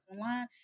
online